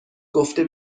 گفته